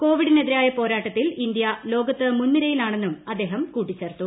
കോവിഡിനെതിരായ പോരാട്ടത്തിൽ ഇന്ത്യ ലോകത്ത് മുൻനിരയിലാണെന്നും അദ്ദേഹം കൂട്ടിച്ചേർത്തു